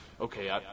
okay